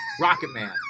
Rocketman